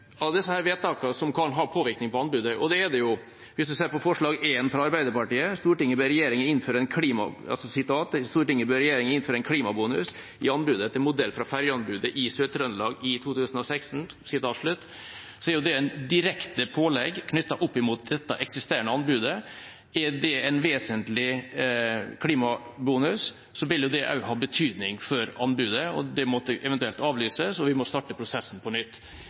av disse forslagene som kan ha påvirkning på anbudet, og det er det jo. Forslag nr. 1 fra Arbeiderpartiet lyder: «Stortinget ber regjeringen innføre en klimabonus i anbudet etter modell fra ferjeanbudet i Sør-Trøndelag i 2016.» Det er et direkte pålegg knyttet opp imot det eksisterende anbudet. Er det en vesentlig klimabonus, vil det også ha betydning for anbudet, og det ville eventuelt måtte avlyses og vi måtte starte prosessen på nytt.